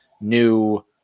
new